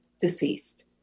deceased